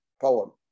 poem